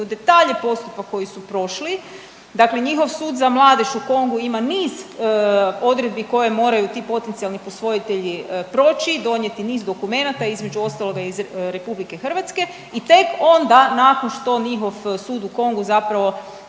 u detalje postupak koji su prošli, dakle njihov sud za mladež u Kongu ima niz odredbi koje moraju ti potencijalni posvojitelji proći i donijeti niz dokumenata, između ostaloga i iz RH i tek onda nakon što njihov sud u Kongu zapravo